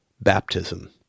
baptism